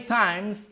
times